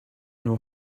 know